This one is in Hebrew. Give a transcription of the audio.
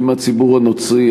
עם הציבור הנוצרי,